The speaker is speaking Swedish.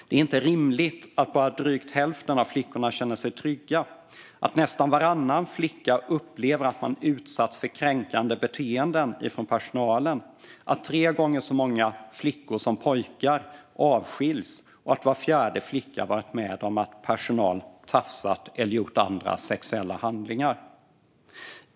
Det är inte rimligt att bara drygt hälften av flickorna känner sig trygga, att nästan varannan flicka upplever att hon utsatts för kränkande beteenden från personalen, att tre gånger så många flickor som pojkar avskiljs och att var fjärde flicka varit med om att personal tafsat eller gjort andra sexuella handlingar.